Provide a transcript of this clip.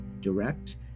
direct